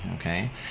okay